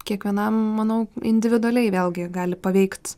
kiekvienam manau individualiai vėlgi gali paveikt